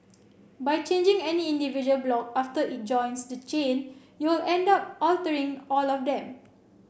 by changing any individual block after it joins the chain you'll end up altering all of them